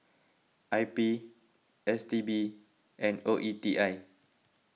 I P S T B and O E T I